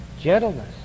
Gentleness